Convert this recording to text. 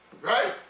Right